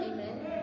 Amen